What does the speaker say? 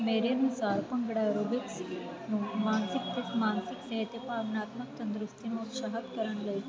ਮੇਰੇ ਅਨੁਸਾਰ ਭੰਗੜਾ ਐਰੋਬਿਕਸ ਮਾਨਸਿਕ ਅਤੇ ਮਾਨਸਿਕ ਸਿਹਤ ਭਾਵਨਾਤਮਕ ਤੰਦਰੁਸਤੀ ਨੂੰ ਉਤਸ਼ਾਹਿਤ ਕਰਨ ਦਾ ਇੱਕ